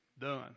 done